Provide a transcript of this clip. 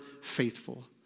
faithful